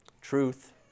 Truth